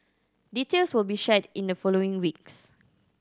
details will be shared in the following weeks